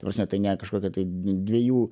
ta prasme tai ne kažkokia tai dviejų